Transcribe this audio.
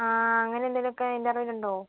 ആ അങ്ങനെ എന്തെങ്കിലും ഒക്കെ നിൻറെ അറിവിൽ ഉണ്ടോ